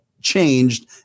changed